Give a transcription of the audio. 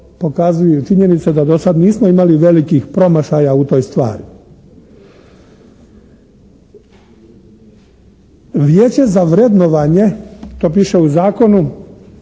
pokazuju činjenice da dosad nismo imali velikih promašaja u toj stvari. Vijeće za vrednovanje, to piše u zakonu